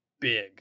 big